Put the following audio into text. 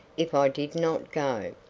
if i did not go.